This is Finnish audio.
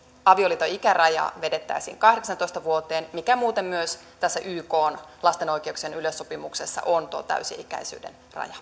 avioliiton ikäraja vedettäisiin kahdeksaantoista vuoteen mikä muuten myös tässä ykn lapsen oikeuksien yleissopimuksessa on tuo täysi ikäisyyden